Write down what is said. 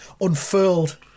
unfurled